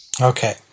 Okay